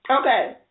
Okay